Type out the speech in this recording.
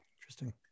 Interesting